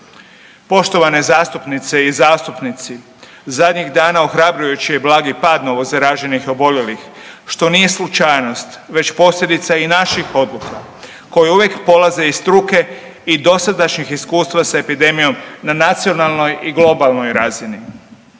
Poštovane zastupnice i zastupnici, zadnjih dana ohrabrujući je blagi pad novozaraženih i oboljelih što nije slučajnost već posljedica i naših odluka koje uvijek polaze iz struke i dosadašnjih iskustva s epidemijom na nacionalnoj i globalnoj razini.